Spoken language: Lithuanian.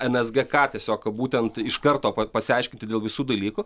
nsgk tiesiog būtent iš karto pasiaiškinti dėl visų dalykų